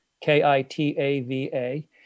K-I-T-A-V-A